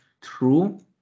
true